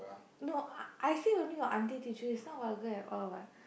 no uh I think only your auntie teach you it's not vulgar at all what